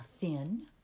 thin